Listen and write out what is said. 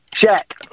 Check